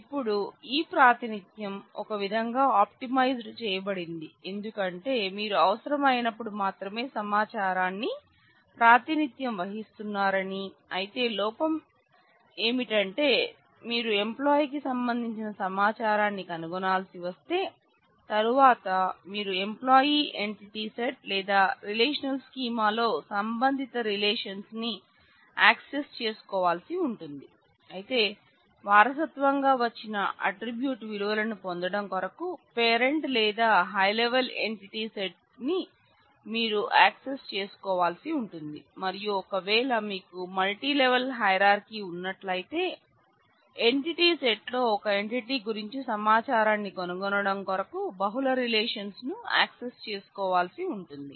ఇప్పుడు ఈ ప్రాతినిధ్యం ఒక విధంగా ఆప్టిమైజ్ చేయబడింది ఎందుకంటే మీరు అవసరమైనప్పుడు మాత్రమే సమాచారాన్ని ప్రాతినిధ్యం వహిస్తున్నారని అయితే లోపం ఏమిటంటే మీరు ఎంప్లాయి కి సంబంధించిన సమాచారాన్ని కనుగొనాల్సి వస్తే తరువాత మీరు ఎంప్లాయ్ ఎంటిటీ సెట్ ను యాక్సెస్ చేసుకోవలసి ఉంటుంది